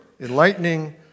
enlightening